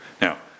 Now